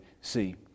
see